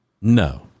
No